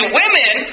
women